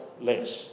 less